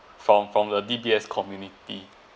from from the D_B_S community